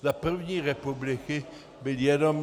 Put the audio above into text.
Za první republiky byl jenom